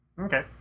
Okay